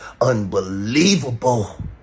Unbelievable